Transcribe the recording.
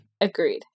Agreed